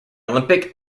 olympic